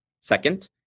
Second